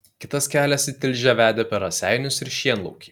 kitas kelias į tilžę vedė per raseinius ir šienlaukį